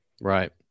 right